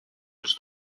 els